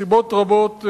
סיבות רבות,